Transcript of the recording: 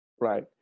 Right